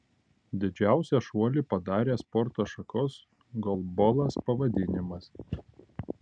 didžiausią šuolį padarė sporto šakos golbolas pavadinimas